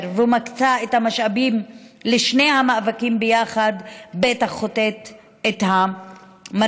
ומקצה את המשאבים לשני המאבקים יחד ודאי חוטאת למטרה.